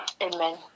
Amen